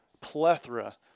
plethora